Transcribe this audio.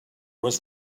was